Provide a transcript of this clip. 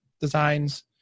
designs